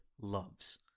loves